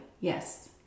Yes